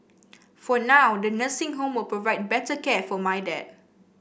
for now the nursing home will provide better care for my dad